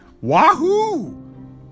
wahoo